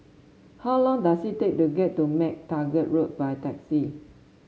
how long does it take to get to MacTaggart Road by taxi